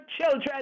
children